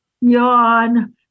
yawn